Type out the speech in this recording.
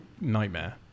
Nightmare